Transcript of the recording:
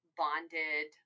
bonded